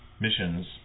missions